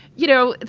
you know,